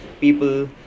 people